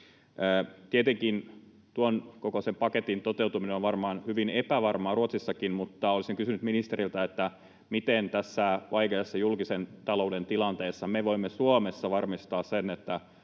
Tietenkin tuon kokoisen paketin toteutuminen on varmaan hyvin epävarmaa Ruotsissakin, mutta olisin kysynyt ministeriltä, miten tässä vaikeassa julkisen talouden tilanteessa me voimme Suomessa varmistaa sen, että